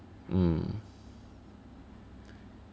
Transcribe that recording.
mm